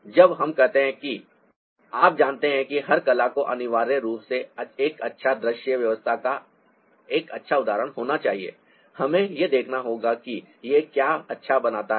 जब हम कहते हैं कि आप जानते हैं कि हर कला को अनिवार्य रूप से एक अच्छा दृश्य व्यवस्था का एक अच्छा उदाहरण होना चाहिए हमें यह देखना होगा कि यह क्या अच्छा बनाता है